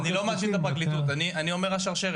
אני לא מאשים את הפרקליטות, אני מדבר על השרשרת.